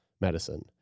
medicine